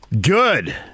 Good